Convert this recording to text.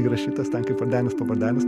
įrašytas ten kaip vardenis pavardenis